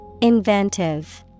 Inventive